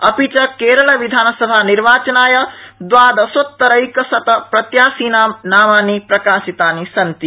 अपि च केरलविधानसभानिर्वाचनाय द्वादशोत्तरैकशतप्रत्याशीनां नामानि प्रकाशितानि सन्ति